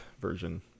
version